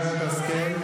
גברת השכל,